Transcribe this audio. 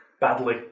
badly